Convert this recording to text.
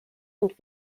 und